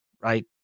right